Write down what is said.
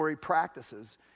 practices